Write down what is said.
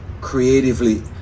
creatively